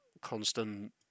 Constant